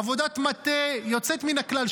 עבודות מטה יוצאת מן הכלל,